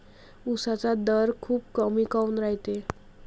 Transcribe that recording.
उसाचा दर खूप कमी काऊन रायते?